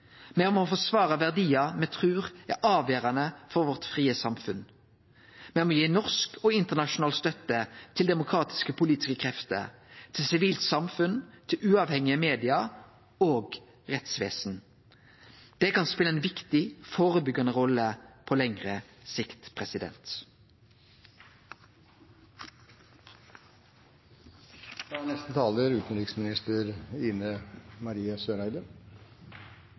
Me må forsvare verdiar me trur er avgjerande for vårt frie samfunn. Me må gi norsk og internasjonal støtte til demokratiske politiske krefter, til sivilt samfunn, til uavhengige medium og til rettsvesen. Det kan spele ei viktig førebyggjande rolle på lengre sikt.